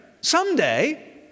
someday